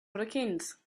hurricanes